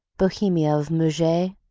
bohemia of murger,